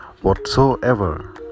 Whatsoever